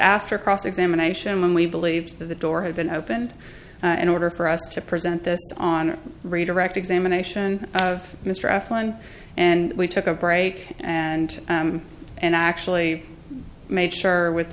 after cross examination and we believe that the door had been opened an order for us to present this on redirect examination of mr athlon and we took a break and and actually made sure with